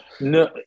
No